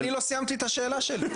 אני לא סיימתי את השאלה שלי.